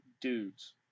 dudes